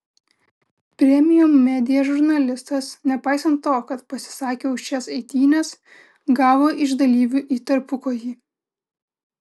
premium media žurnalistas nepaisant to kad pasisakė už šias eitynes gavo iš dalyvių į tarpukojį